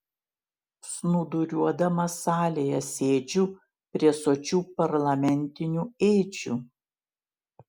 snūduriuodamas salėje sėdžiu prie sočių parlamentinių ėdžių